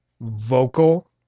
vocal